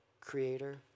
Creator